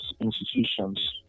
institutions